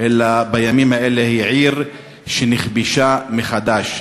אלא בימים האלה היא עיר שנכבשה מחדש.